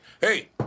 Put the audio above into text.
Hey